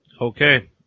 Okay